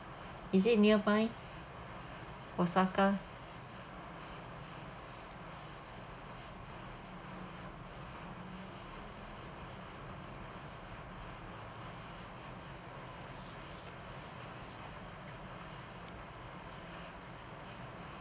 is it nearby osaka